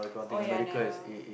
oh ya never